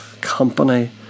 company